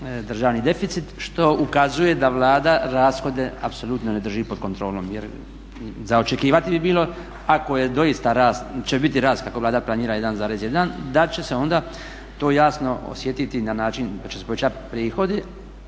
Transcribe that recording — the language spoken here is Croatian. državni deficit što ukazuje da Vlada rashode apsolutno ne drži pod kontrolom. Jer za očekivati bi bilo ako je doista, će biti rast kako Vlada planira 1,1 da će se onda to jasno osjetiti na način da će se povećati prihodi